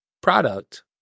product